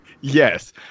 yes